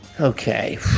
Okay